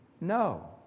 no